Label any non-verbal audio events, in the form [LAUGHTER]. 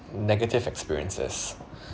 negative experiences [BREATH]